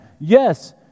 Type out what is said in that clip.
yes